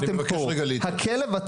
אני מדבר בדיוק על מה שכתבתם פה.